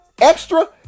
extra